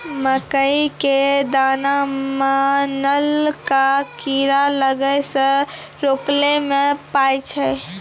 मकई के दाना मां नल का कीड़ा लागे से रोकने के उपाय?